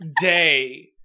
day